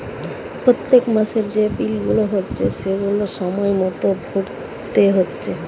পোত্তেক মাসের যে বিল গুলা হচ্ছে সেগুলাকে সময় মতো ভোরতে হচ্ছে